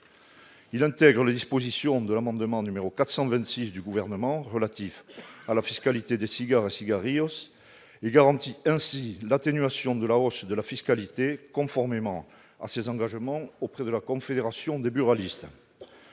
intègre les dispositions de l'amendement n° 426 du Gouvernement relatif à la fiscalité des cigares et cigarillos et garantit ainsi l'atténuation de la hausse de la fiscalité, conformément à ses engagements auprès de la Confédération des buralistes.